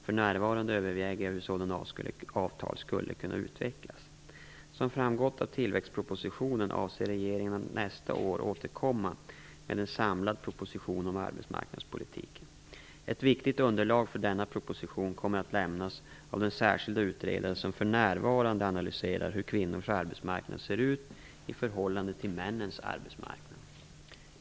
För närvarande överväger jag hur sådana avtal skulle kunna utvecklas. Som framgått av tillväxtpropositionen avser regeringen att nästa år återkomma med en samlad proposition om arbetsmarknadspolitiken. Ett viktigt underlag för denna proposition kommer att lämnas av den särskilda utredare som för närvarande analyserar hur kvinnors arbetsmarknad ser ut i förhållande till männens arbetsmarknad.